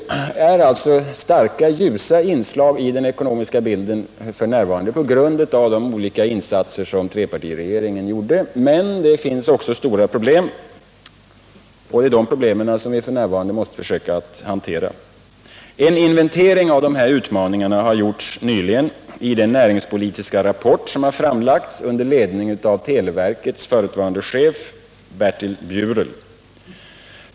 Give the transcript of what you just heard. Det finns alltså mycket ljusa inslag i den ekonomiska bilden f. n. tack vare de insatser som trepartiregeringen gjorde, men det finns också stora problem. Det är just dessa problem som vi nu måste försöka lösa. En inventering av dessa utmaningar görs i den näringspolitiska rapport som nyligen framlagts under ledning av förutvarande chefen för televerket, Bertil Bjurel.